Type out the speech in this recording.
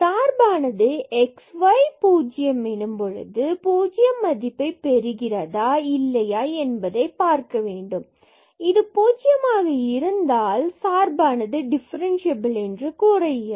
சார்பானது x y எனும்பொழுது 0 மதிப்பைப் பெறுகிறதா இல்லையா என்பதை பார்க்க வேண்டும் இது பூஜ்யமாக இருந்தால் சார்பானது டிஃபரென்ஸ்சியபில் என்று கூற இயலும்